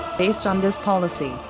based on this policy,